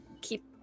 keep